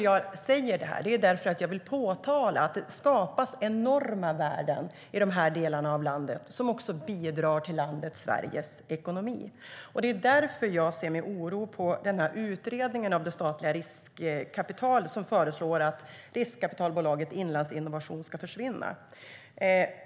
Jag säger det här därför att jag vill påpeka att det skapas enorma värden i de här delarna av landet som också bidrar till landet Sveriges ekonomi. Det är därför som jag ser med oro på utredningen av det statliga riskkapitalet som föreslår att riskkapitalbolaget Inlandsinnovation ska försvinna.